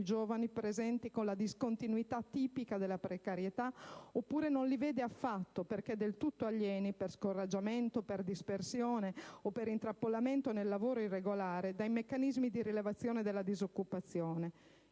giovani presenti con la discontinuità tipica della precarietà oppure non li vede affatto, perché del tutto alieni, per scoraggiamento, dispersione o intrappolamento nel lavoro irregolare, dai meccanismi di rilevazione della disoccupazione.